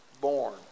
born